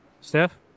Steph